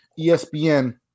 ESPN